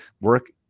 Work